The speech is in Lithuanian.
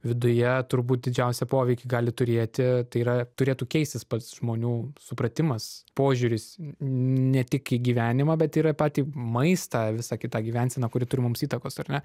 viduje turbūt didžiausią poveikį gali turėti tai yra turėtų keistis pats žmonių supratimas požiūris n ne tik į gyvenimą bet ir į patį maistą visą kitą gyvenseną kuri turi mums įtakos ar ne